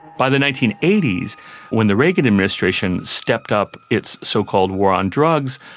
by the nineteen eighty s when the reagan administration stepped up its so-called war on drugs,